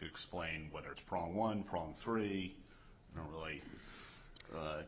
to explain what it's probably one problem three really